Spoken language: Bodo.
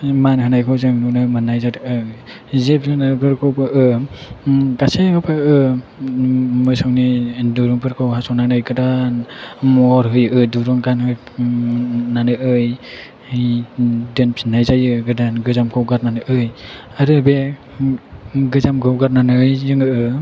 मान होनायखौ जोङो नुनो मोननाय जादों जिब जुनारफोरखौबो गासैबो मोसौनि दिरुंफोरखौ हास'नानै गोदान महर होयो दिरुं गानहोनानै दोनफिननाय जायो गोजामखौ गारनानै आरो बे गोजामखौ गारनानै जोङो